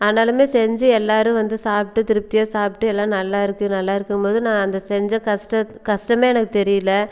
ஆனாலுமே செஞ்சு எல்லாேரும் சாப்பிட்டு திருப்தியாக சாப்பிட்டு எல்லாம் நல்லாயிருக்கு நல்லாயிருக்குங்க போது நான் அந்த செஞ்ச கஷ்ட கஷ்டமே எனக்கு தெரியல